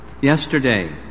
Yesterday